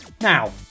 now